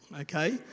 Okay